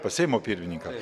pas seimo pirmininką